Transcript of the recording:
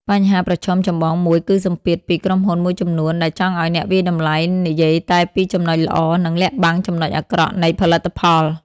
បញ្ហាប្រឈមចម្បងមួយគឺសម្ពាធពីក្រុមហ៊ុនមួយចំនួនដែលចង់ឱ្យអ្នកវាយតម្លៃនិយាយតែពីចំណុចល្អ និងលាក់បាំងចំណុចអាក្រក់នៃផលិតផល។